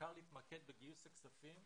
בעיקר להתמקד בגיוס הכספים